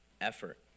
effort